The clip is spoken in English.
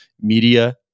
Media